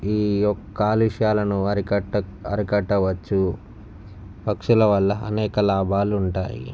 ఈ కాలుష్యాలను అరికట్ట అరికట్టవచ్చు పక్షుల వల్ల అనేక లాభాలు ఉంటాయి